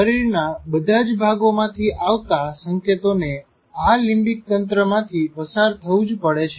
શરીરનાં બધાજ ભાગો માંથી આવતા સંકેતોને આ લીંમ્બીક તંત્ર માંથી પસાર થવું જ પડે છે